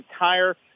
entire